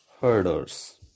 herders